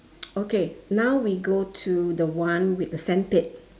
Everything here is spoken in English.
okay now we go to the one with a sandpit